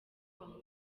bamuha